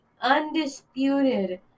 undisputed